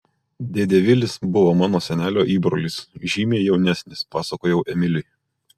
dėdė vilis buvo mano senelio įbrolis žymiai jaunesnis pasakojau emiliui